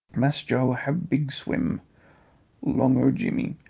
mass joe hab big swim long o jimmy.